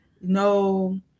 no